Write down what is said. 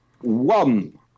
One